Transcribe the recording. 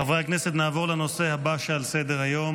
חברי הכנסת, נעבור לנושא הבא על סדר-היום,